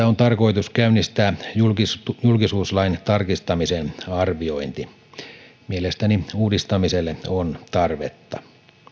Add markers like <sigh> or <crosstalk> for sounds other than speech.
<unintelligible> on tarkoitus käynnistää julkisuuslain tarkistamisen arviointi mielestäni uudistamiselle on tarvetta